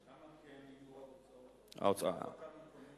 כמה כן יהיו ההוצאות על הפקה מקומית?